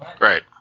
Right